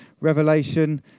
Revelation